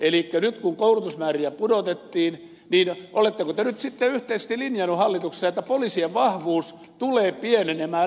elikkä nyt kun koulutusmääriä pudotettiin niin oletteko te sitten yhteisesti linjanneet hallituksessa että poliisien vahvuus tulee pienenemään lähivuosina